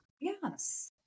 Yes